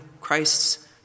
Christ's